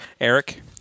Eric